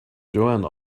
joanne